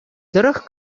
тӑрӑх